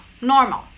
normal